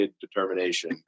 determination